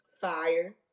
fire